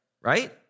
Right